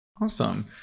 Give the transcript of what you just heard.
Awesome